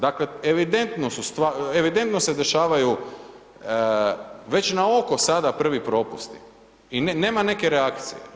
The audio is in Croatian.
Dakle evidentno se dešavaju već na oko sada prvi propusti i nema neke reakcije.